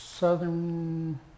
Southern